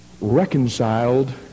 reconciled